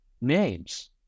names